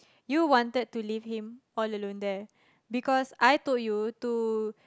you wanted to leave him all alone there because I told you to